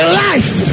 life